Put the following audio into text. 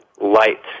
light